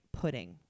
pudding